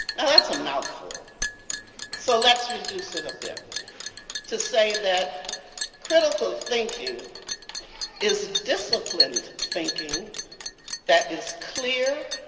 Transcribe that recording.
that's a mouthful so let's reduce it a bit to say that critical thinking is disciplined thinking that is clear,